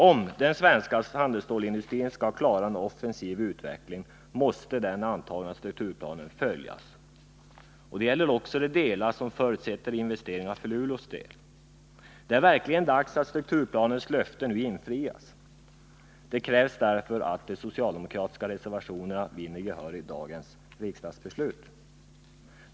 Om vår svenska handelsstålsindustri skall klara en offensiv utveckling, måste den antagna strukturplanen följas också i de delar som förutsätter investeringar för Luleås del. Det är verkligen dags att strukturplanens löften nu infrias, och det krävs därför att de socialdemokratiska reservationerna vinner gehör i dagens riksdagsbeslut.